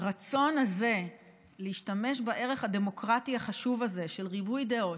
הרצון הזה להשתמש בערך הדמוקרטי החשוב הזה של ריבוי דעות,